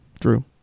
True